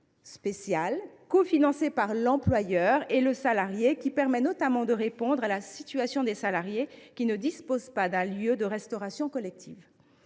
spécial, cofinancé par l’employeur et par le salarié, qui permet notamment de répondre à la situation des salariés ne disposant pas d’un lieu de restauration collective.